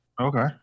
Okay